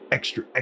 Extra